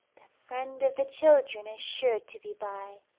the friend of the children is sure to be by!